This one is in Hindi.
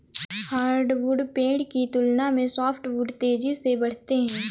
हार्डवुड पेड़ की तुलना में सॉफ्टवुड तेजी से बढ़ते हैं